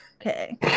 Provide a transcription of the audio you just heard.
Okay